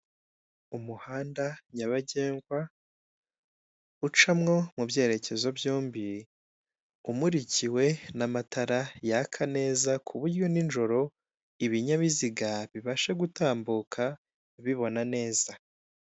Umuhanda nyabagendwa, ucamwo mu byerekezo byombi, umurikiwe n'amatara yaka neza, ku buryo nijoro ibinyabiziga bibasha gutambuka bibona neza.